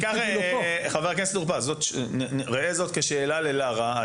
חבר הכנסת טור פז, ראה זאת כשאלה ללארה.